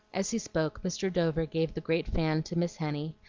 as he spoke, mr. dover gave the great fan to miss henny,